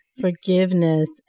forgiveness